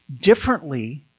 differently